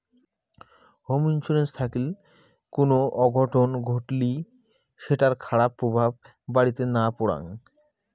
home insurance থাকিল কুনো অঘটন ঘটলি সেটার খারাপ প্রভাব বাড়িতে না পরাং